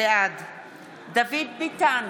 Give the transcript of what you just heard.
בעד דוד ביטן,